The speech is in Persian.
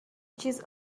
چیز